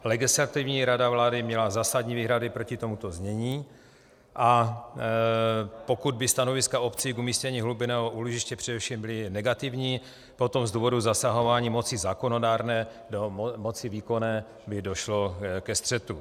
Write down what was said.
Legislativní rada vlády měla zásadní výhrady proti tomuto znění, a pokud by stanoviska obcí k umístění hlubinného úložiště především byla negativní, potom z důvodu zasahování moci zákonodárné do moci výkonné by došlo ke střetu.